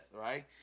Right